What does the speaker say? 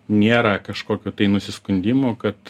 nėra kažkokių tai nusiskundimų kad